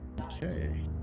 Okay